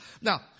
Now